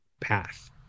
path